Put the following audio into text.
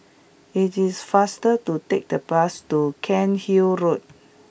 it is faster to take the bus to Cairnhill Road